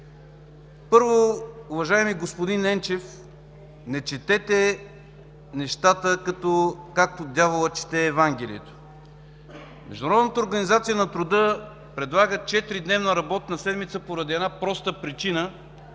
Първо, уважаеми господин Енчев, не четете нещата както дяволът чете Евангелието. Международната организация на труда предлага 4-дневна работна седмица поради една проста причина: